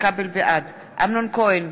בעד אמנון כהן,